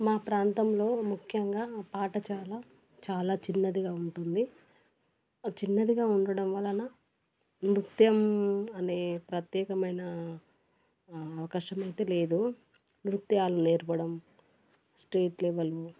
మా ప్రాంతంలో ముఖ్యంగా పాట చాలా చాలా చిన్నదిగా ఉంటుంది చిన్నదిగా ఉండడం వలన నృత్యం అనే ప్రత్యేకమైన అవకాశమయితే లేదు నృత్యాలు నేర్పడం స్టేట్ లెవెల్